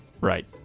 Right